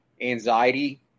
anxiety